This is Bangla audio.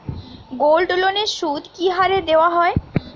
গোল্ডলোনের সুদ কি হারে দেওয়া হয়?